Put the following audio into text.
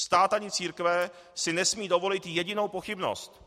Stát ani církve si nesmí dovolit jedinou pochybnost.